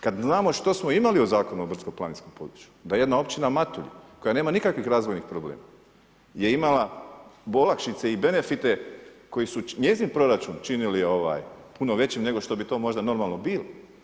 Kada znamo što smo imali u Zakonu o brdsko planinskom području, da jedna općina Matulj koja nema nikakvih razvojnih problema je imala olakšice i benefite, koji su njezin proračun činile puno većim nego što bi to možda normalno bilo.